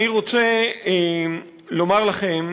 אני רוצה לומר לכם,